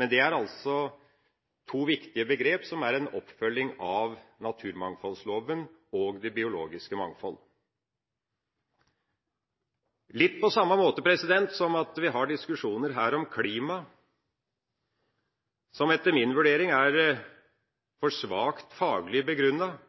men det er to viktige begreper som er en oppfølging av naturmangfoldloven og det biologiske mangfold. Litt på samme måte som at vi har diskusjoner her om klima, som etter min vurdering er for svakt faglig begrunnet –